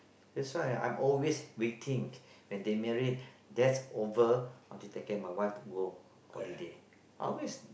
that's why I'm always waiting when they married that's over I'll take care my wife to go holiday